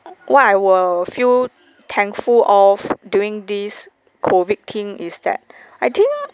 what I will feel thankful of during this COVID thing is that I think